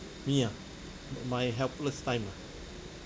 me ah my helpless time ah